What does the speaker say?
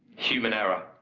human error.